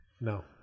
No